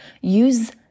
use